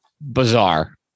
Bizarre